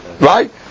right